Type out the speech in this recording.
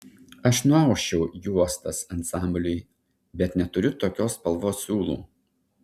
aš nuausčiau juostas ansambliui bet neturiu tokios spalvos siūlų